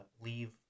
leave